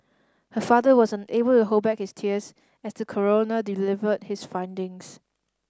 her father was unable to hold back his tears as the coroner delivered his findings